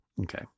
Okay